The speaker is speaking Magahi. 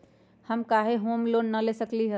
हम काहे होम लोन न ले सकली ह?